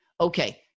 okay